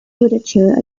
literature